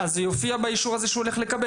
אז זה יופיע באישור הזה שהוא הולך לקבל,